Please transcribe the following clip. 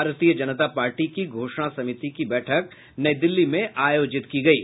भारतीय जनता पार्टी की घोषणा समिति की बैठक नई दिल्ली में आयोजित की गयी